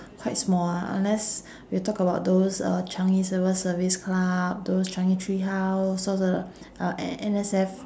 quite small ah unless you talk about those uh changi civil service club changi tree house also the uh N S F